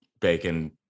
bacon